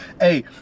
Hey